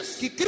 que